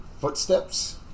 footsteps